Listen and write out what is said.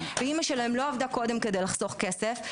ואימא שלהם לא עבדה קודם כדי לחסוך כסף,